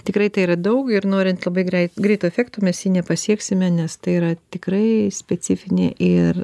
tikrai tai yra daug ir norint labai greit greito efekto mes jį nepasieksime nes tai yra tikrai specifinė ir